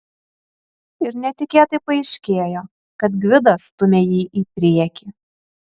ir netikėtai paaiškėjo kad gvidas stumia jį į priekį